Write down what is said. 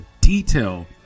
detail